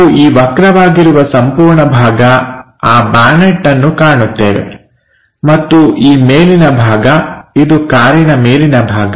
ನಾವು ಈ ವಕ್ರವಾಗಿರುವ ಸಂಪೂರ್ಣ ಭಾಗ ಆ ಬಾನೆಟ್ ಅನ್ನು ಕಾಣುತ್ತೇವೆ ಮತ್ತು ಈ ಮೇಲಿನ ಭಾಗ ಇದು ಕಾರಿನ ಮೇಲಿನ ಭಾಗ